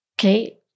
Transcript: okay